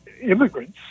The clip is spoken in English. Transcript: immigrants